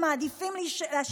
שמעדיפים להשאיר את הבוחרים שלהם,